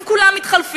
שוב כולם מתחלפים,